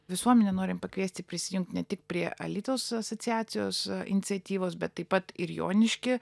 visuomenę norim pakviesti prisijungt ne tik prie alytaus asociacijos iniciatyvos bet taip pat ir joniškį